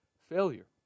failure